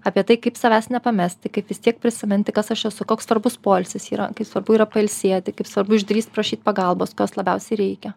apie tai kaip savęs nepamesti kaip vis tiek prisiminti kas aš esu koks svarbus poilsis yra kai svarbu yra pailsėti kaip svarbu išdrįst prašyt pagalbos labiausiai reikia